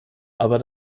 aber